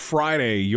Friday